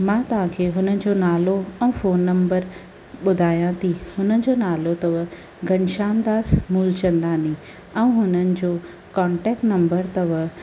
मां तव्हांखे हुन जो नालो ऐं फ़ोन नंबर ॿुधायां थी हुन जो नालो अथव घनश्यामदास मूलचंदानी ऐं हुननि जो कॉन्टेक्ट नंबर अथव